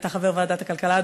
אתה חבר ועדת הכלכלה,